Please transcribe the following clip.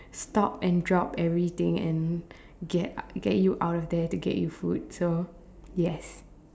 stop and drop everything and get get you out of there to get you food so yes